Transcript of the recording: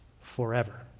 forever